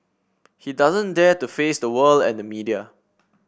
he doesn't dare to face the world and the media